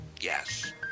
Yes